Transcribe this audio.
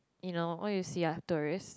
you know all you see are tourists